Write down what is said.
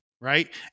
Right